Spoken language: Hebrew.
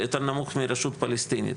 ויותר נמוך מהרשות הפלסטינית.